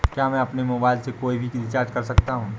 क्या मैं अपने मोबाइल से कोई भी रिचार्ज कर सकता हूँ?